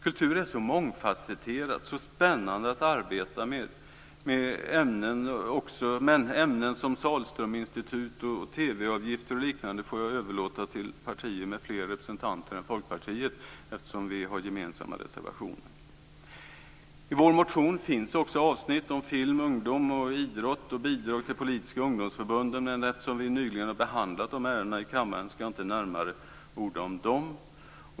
Kultur är så mångfasetterat och så spännande att arbeta med, men ämnen som Sahlströminstitut, TV-avgifter och liknande får jag överlåta till partier med fler representanter än Folkpartiet eftersom vi har gemensamma reservationer. I vår motion finns också avsnitt om film, ungdom och idrott och bidrag till politiska ungdomsförbund. Men eftersom de ärendena nyligen har behandlats i kammaren ska jag inte närmare orda om dem.